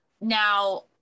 now